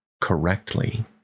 correctly